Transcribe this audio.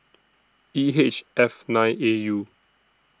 E H F nine A U